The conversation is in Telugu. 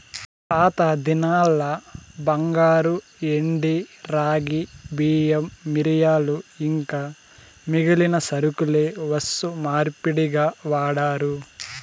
పాతదినాల్ల బంగారు, ఎండి, రాగి, బియ్యం, మిరియాలు ఇంకా మిగిలిన సరకులే వస్తు మార్పిడిగా వాడారు